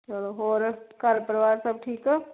ਚੱਲੋ ਹੋਰ ਘਰ ਪਰਿਵਾਰ ਸਭ ਠੀਕ ਹੋ